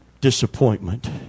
disappointment